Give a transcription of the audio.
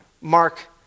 Mark